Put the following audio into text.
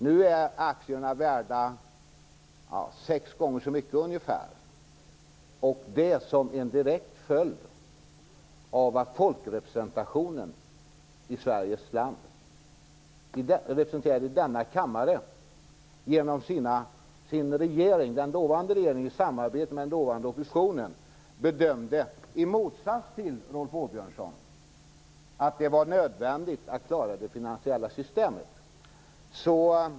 Nu är aktierna värda ungefär sex gånger så mycket som en direkt följd av att folkrepresentationen i Sveriges land, representerad här i kammaren, genom den dåvarande regeringen i samarbete med den dåvarande oppositionen och i motsats till Rolf Åbjörnsson bedömde att det var nödvändigt att klara det finansiella systemet.